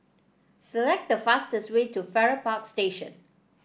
select the fastest way to Farrer Park Station